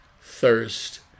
thirst